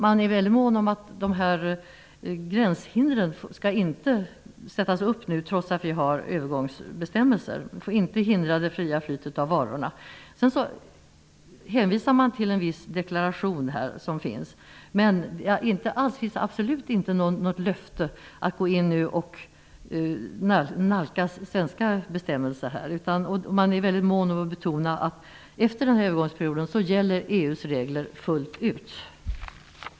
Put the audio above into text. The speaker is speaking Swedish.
Man är väldigt mån om att det inte skall sättas upp några gränshinder, trots att vi har övergångsbestämmelser. Det fria flödet av varor får inte hindras. Sedan hänvisar man till en viss deklaration, men man ger absolut inte något löfte om att nalkas svenska bestämmelser. Man är också mån om att betona att efter denna övergångsperiod gäller EU:s regler fullt ut.